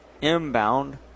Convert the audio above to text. inbound